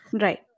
right